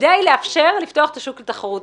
כדי לאפשר לפתוח את השוק לתחרות.